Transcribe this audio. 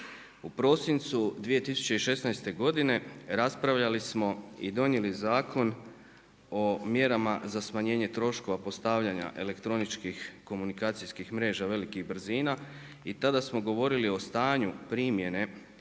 U prosincu 2016. godine raspravljali smo i donijeli Zakon o mjerama za smanjenje troškova postavljanja elektroničkih komunikacijskih mreža velikih brzina i tada smo govorili stanju primjene